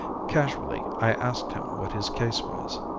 casually, i asked him what his case was.